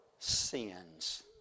sins